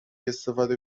استفاده